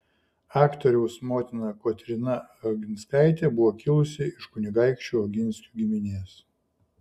aktoriaus motina kotryna oginskaitė buvo kilusi iš kunigaikščių oginskių giminės